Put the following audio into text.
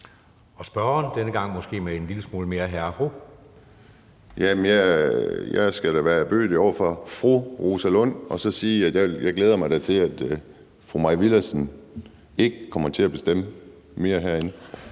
Spørgeren – denne gang måske med en lille smule mere hr. og fru. Kl. 18:20 Kim Edberg Andersen (NB): Jamen jeg skal da være ærbødig over for fru Rosa Lund og så sige, at jeg da glæder mig til, at fru Mai Villadsen ikke kommer til at bestemme mere herinde.